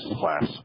class